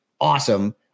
awesome